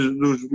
dos